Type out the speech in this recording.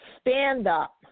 stand-up